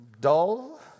dull